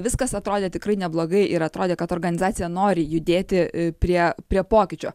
viskas atrodė tikrai neblogai ir atrodė kad organizacija nori judėti prie prie pokyčio